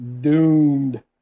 doomed